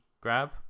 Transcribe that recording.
grab